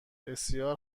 بسیار